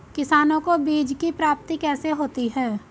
किसानों को बीज की प्राप्ति कैसे होती है?